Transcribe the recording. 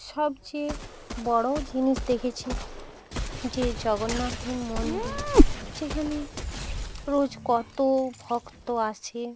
সবচেয়ে বড়ো জিনিস দেখেছি যে জগন্নাথের মন্দির যেখানে রোজ কত ভক্ত আসে